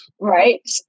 Right